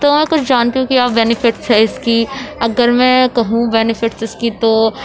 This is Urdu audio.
تو میں کچھ جانتی ہوں کہ ہاں بینیفٹس ہے اس کی اگر میں کہوں بینیفٹس اس کی تو